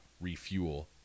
refuel